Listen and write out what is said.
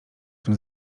tym